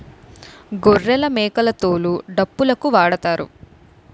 గొర్రెలమేకల తోలు డప్పులుకు వాడుతారు